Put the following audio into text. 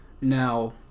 Now